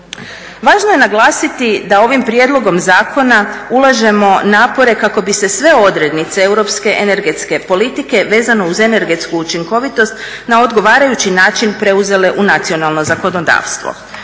Važno je naglasiti da ovim prijedlogom zakona ulažemo napore kako bi se sve odrednice europske energetske politike vezano uz energetsku učinkovitost na odgovarajući način preuzele u nacionalno zakonodavstvo.